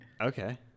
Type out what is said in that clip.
Okay